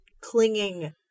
clinging